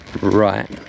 Right